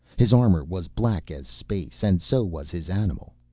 his armor was black as space, and so was his animal.